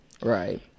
Right